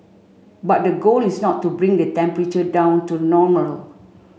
but the goal is not to bring the temperature down to normal